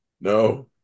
No